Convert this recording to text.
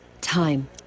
Time